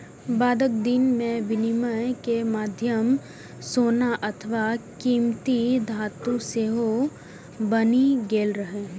बादक दिन मे विनिमय के माध्यम सोना अथवा कीमती धातु सेहो बनि गेल रहै